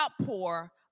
outpour